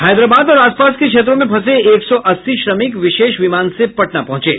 हैदराबाद और आसपास के क्षेत्रों में फंसे एक सौ अस्सी श्रमिक विशेष विमान से पटना पहुंचे हैं